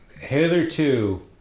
hitherto